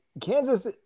Kansas